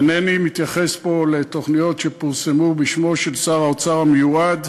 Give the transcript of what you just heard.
אינני מתייחס פה לתוכניות שפורסמו בשמו של שר האוצר המיועד,